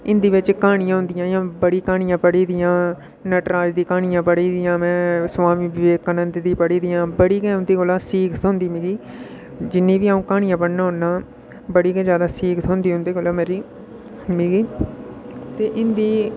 हिंदी बिच क्हानियां होंदियां जि'यां बड़ी क्हानियां पढ़ी दियां नटराज दी क्हानियां पढ़ी दियां में स्वामी विवेकानंद दियां पढ़ी दियां में बड़ी गै उं'दे कोला सिक्ख थ्होंदी मिगी जिन्नियां बी अ'ऊं क्हानियां पढ़ना होना बड़ी गै ज्यादा सिक्ख थ्होंदी उं'दे कोला मिगी ते हिंदी